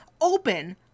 open